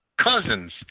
Cousins